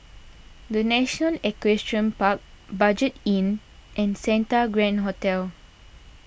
the National Equestrian Park Budget Inn and Santa Grand Hotel